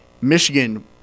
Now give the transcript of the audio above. Michigan